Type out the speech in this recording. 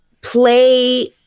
play